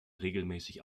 regelmäßig